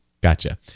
gotcha